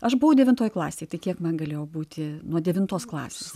aš buvau devinvtoj klasėj tai kiek man galėjo būti nuo devintos klasės